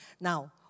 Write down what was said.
Now